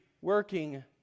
working